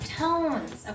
tones